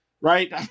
right